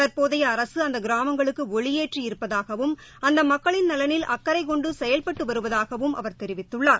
தற்போதைய அரசு அந்த கிராமங்களுக்கு ஒளியேற்றி இருப்பதாகவும் அந்த மக்களின் நலனில் அக்கறைக்கொண்டு செயல்பட்டு வருவதாகவும் அவர் தெரிவித்துள்ளார்